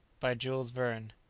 by jules verne.